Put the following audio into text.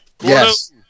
Yes